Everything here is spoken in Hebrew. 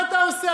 מה אתה עושה?